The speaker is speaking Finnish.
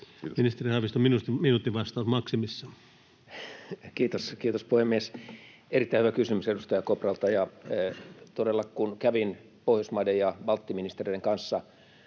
Ministeri Haavisto, minuutin vastaus maksimissaan. Kiitos, puhemies! Erittäin hyvä kysymys edustaja Kopralta. Todella kun kävin Pohjoismaiden ja balttiministereiden kanssa